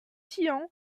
tian